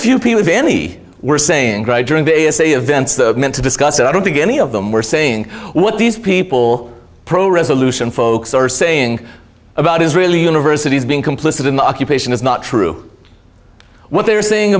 few people of any were saying during the usa events the men to discuss it i don't think any of them were saying what these people pro resolution folks are saying about israeli universities being complicit in the occupation is not true what they're saying